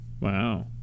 Wow